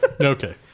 Okay